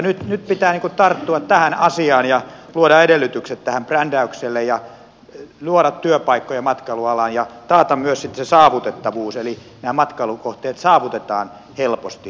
nyt pitää tarttua tähän asiaan ja luoda edellytykset tälle brändäykselle ja luoda työpaikkoja matkailualalle ja taata sitten myös se saavutettavuus eli se että nämä matkailukohteet saavutetaan helposti